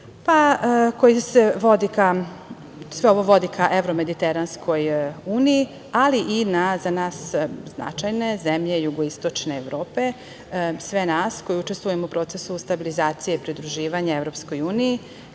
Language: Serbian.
procesu. Sve ovo vodi ka evro-mediteranskoj uniji, ali i na za nas značajne zemlje Jugoistočne Evrope, sve nas koji učestvujemo u procesu stabilizacije pridruživanja EU. Kasnije